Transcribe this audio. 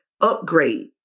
upgrade